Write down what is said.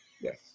yes